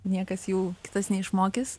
niekas jų kitas neišmokys